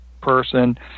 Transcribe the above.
person